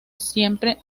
siempre